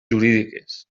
jurídiques